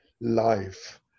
life